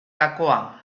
gakoa